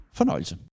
fornøjelse